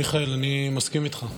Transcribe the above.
מיכאל, אני מסכים איתך.